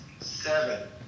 seven